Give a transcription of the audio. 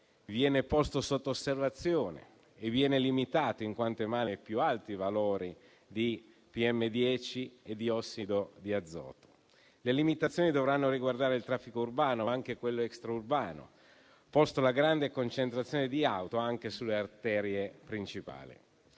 viene posto sotto osservazione e limitato, in quanto emana i più alti valori di PM10 e di ossido di azoto. Le limitazioni dovranno riguardare il traffico urbano, ma anche quello extraurbano, posta la grande concentrazione di auto anche sulle arterie principali.